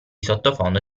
sottofondo